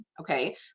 okay